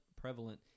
prevalent